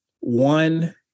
one